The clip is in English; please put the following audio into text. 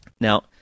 Now